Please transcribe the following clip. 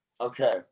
Okay